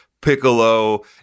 Piccolo